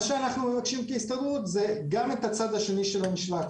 מה שאנחנו מבקשים כהסתדרות זה גם את הצד השני של המשוואה,